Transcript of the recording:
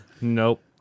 nope